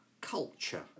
culture